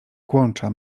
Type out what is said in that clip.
kłącza